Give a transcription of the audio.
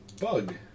bug